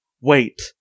Wait